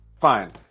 fine